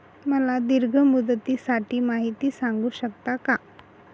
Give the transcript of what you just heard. मला दीर्घ मुदतीसाठी माहिती सांगू शकता का?